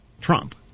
Trump